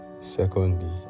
Secondly